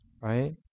Right